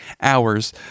hours